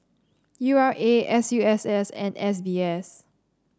U R A S U S S and S B S